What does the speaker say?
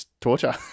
Torture